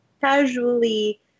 casually